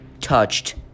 touched